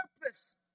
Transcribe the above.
purpose